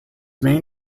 main